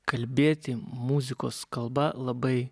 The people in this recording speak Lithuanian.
kalbėti muzikos kalba labai